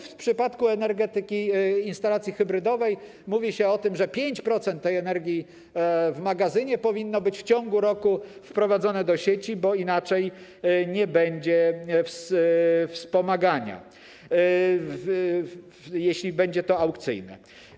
W przypadku instalacji hybrydowej mówi się o tym, że 5% energii z magazynu powinno być w ciągu roku wprowadzone do sieci, bo inaczej nie będzie wspomagania, jeśli będzie to aukcyjne.